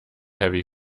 heavy